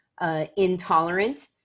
Intolerant